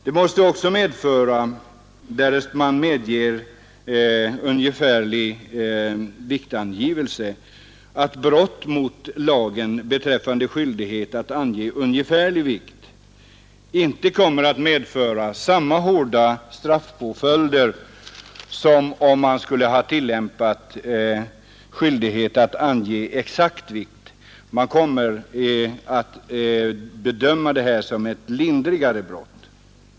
Det måste också därest man medger ungefärlig viktangivelse medföra att brott mot lagen beträffande skyldighet att ange ungefärlig vikt inte kommer att medföra samma hårda straffpåföljder som om man skulle ha tillämpat skyldigheten att ange exakt vikt. Man kommer att bedöma detta som ett lindrigare brott.